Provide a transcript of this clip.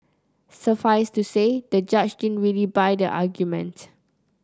suffice to say the judge didn't really buy the argument